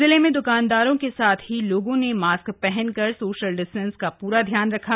जिले में दुकानदारों के सांथ ही लोगों ने मॉस्क पहन सोशल डिस्टेंस का भी पूरा ध्यान रखा